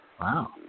Wow